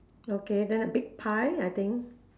okay then the big pie I think